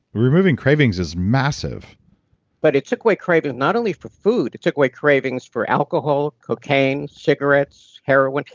removing cravings is massive but it took away cravings not only for food, it took away cravings for alcohol cocaine, cigarettes, heroin.